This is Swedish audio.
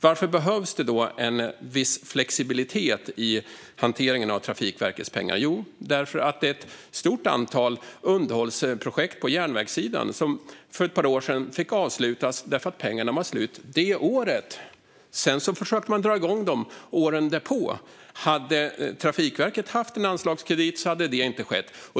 Varför behövs det då en viss flexibilitet i hanteringen av Trafikverkets pengar? Jo, det var ett stort antal underhållsprojekt på järnvägssidan som för ett par år sedan fick avslutas därför att pengarna var slut det året. Sedan försökte man dra igång dem åren därpå. Hade Trafikverket haft en anslagskredit hade detta inte skett.